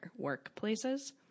workplaces